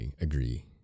agree